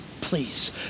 please